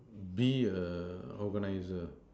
be a organizer